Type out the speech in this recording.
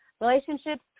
Relationships